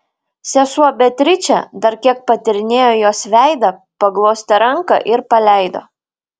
sesuo beatričė dar kiek patyrinėjo jos veidą paglostė ranką ir paleido